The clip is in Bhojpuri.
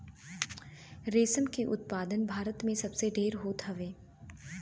रेशम के उत्पादन भारत में सबसे ढेर होत हवे